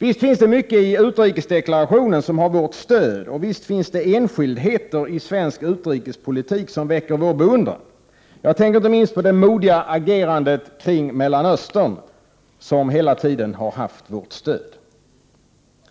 Visst finns det mycket i utrikesdeklarationen som har vårt stöd. Och visst finns det enskildheter i svensk utrikespolitik som väcker vår beundran; jag tänker inte minst på det modiga agerandet kring Mellanöstern, som hela tiden har haft vårt stöd.